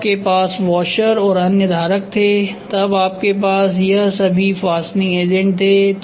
तब आपके पास वाशर और अन्य धारक थे तब आपके पास यह सभी फास्टनिंग एजेंट थे